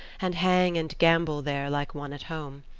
and hang and gambol there like one at home.